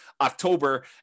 October